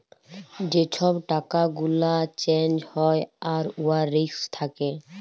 যে ছব টাকা গুলা চ্যাঞ্জ হ্যয় আর উয়ার রিস্ক থ্যাকে